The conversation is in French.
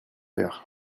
faire